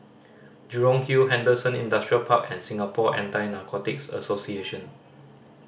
Jurong Hill Henderson Industrial Park and Singapore Anti Narcotics Association